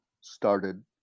started